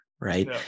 Right